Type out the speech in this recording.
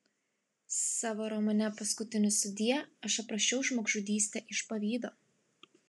savo romane paskutinis sudie aš aprašiau žmogžudystę iš pavydo